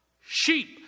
sheep